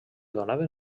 donaven